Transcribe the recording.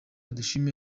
dushime